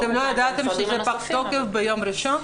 לא ידעתם שזה פג תוקף ביום ראשון?